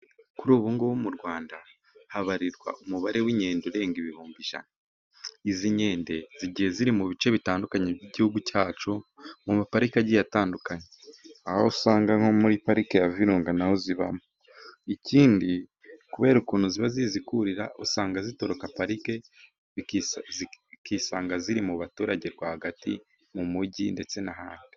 Kuri ubungubu mu rwanda habarirwa umubare w'inkende urenga ibihumbi ijana, izinkende zigiye ziri mu bice bitandukanye by'igihugu; cyacu mu maparikigiye atandukanye aho usanga nko muri pariki y'ibirunga naho zibamo, ikindi kubera ukuntu ziba zizi kurira usanga zitoroka parike zikisanga ziri mu baturage rwagati mu mujyi ndetse n'ahandi.